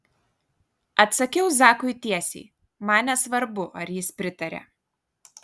atsakiau zakui tiesiai man nesvarbu ar jis pritaria